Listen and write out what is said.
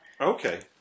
Okay